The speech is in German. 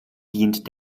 dient